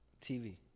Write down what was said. TV